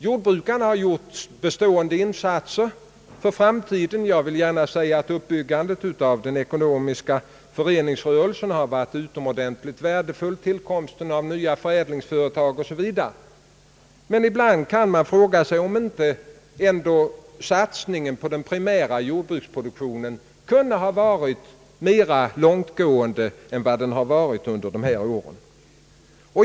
Jordbrukarna har ju gjort bestående insatser för framtiden; jag vill gärna framhålla, att uppbyggandet av den ekonomiska föreningsrörelsen har varit utomordentligt värdefull liksom tillkomsten av nya förädlingsföretag o. s. v. Men ibland kan man fråga sig, om inte ändå satsningen på den primära jordbruksproduktionen hade kunnat vara mera långtgående än den har varit under dessa år.